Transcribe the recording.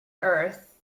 earth